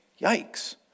Yikes